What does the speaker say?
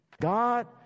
God